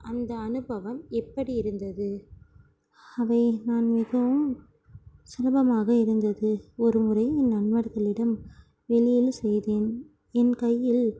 அந்த அனுபவம் எப்படி இருந்தது அவை நான் மிகவும் சுலபமாக இருந்தது ஒருமுறை நண்பர்களிடம் வெளியில் செய்தேன் என் கையில்